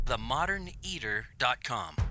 themoderneater.com